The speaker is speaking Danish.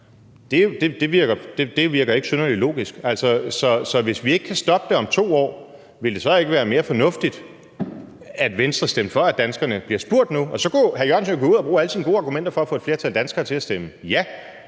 Det virker ikke synderlig logisk. Så hvis vi ikke kan stoppe det om 2 år, vil det så ikke være mere fornuftigt, at Venstre stemte for, at danskerne bliver spurgt nu – og så kunne hr. Jørgensen jo gå ud og bruge alle sine gode argumenter for at få et flertal af danskere til at stemme ja?